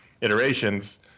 iterations